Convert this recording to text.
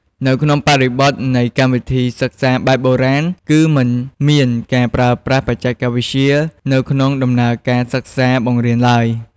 នៅក្នុងបរិបទនៃកម្មវិធីសិក្សាបែបបុរាណ គឺ មិនមានការប្រើប្រាស់បច្ចេកវិទ្យា នៅក្នុងដំណើរការសិក្សាបង្រៀនឡើយ។